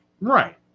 right